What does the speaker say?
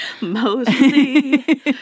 Mostly